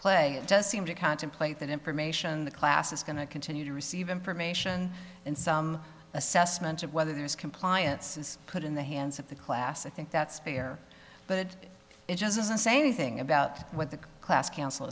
play it does seem to contemplate that information the class is going to continue to receive information and some assessment of whether there's compliance is put in the hands of the class i think that's fair but it doesn't say anything about what the class c